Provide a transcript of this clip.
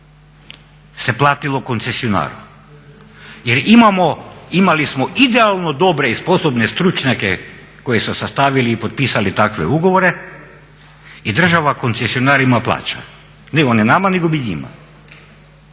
se platilo koncesionaru. Jer imamo, imali smo idealno dobre i sposobne stručnjake koji su sastavili i potpisali takve ugovore i država koncesionarima plaća, ne oni nama nego mi njima.